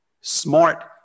Smart